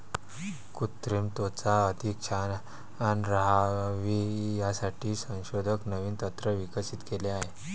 कृत्रिम त्वचा अधिक छान राहावी यासाठी संशोधक नवीन तंत्र विकसित केले आहे